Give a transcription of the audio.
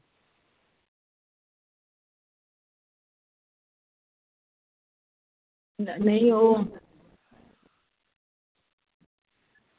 नेईं ओह्